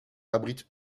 abrite